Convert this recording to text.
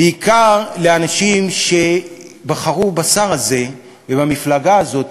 בעיקר לאנשים שבחרו בשר הזה ובמפלגה הזאת